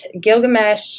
Gilgamesh